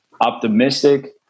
optimistic